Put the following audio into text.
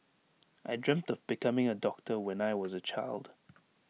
I dreamt of becoming A doctor when I was A child